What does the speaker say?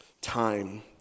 time